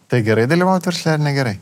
tai gerai dalyvaut versle ar negerai